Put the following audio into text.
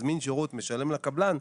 מזמין שירות ומשלם לקבלן,